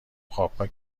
خوابگاه